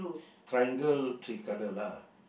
triangle three colour lah